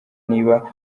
niba